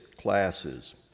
classes